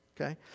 Okay